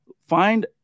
Find